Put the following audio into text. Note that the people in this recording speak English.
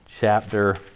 chapter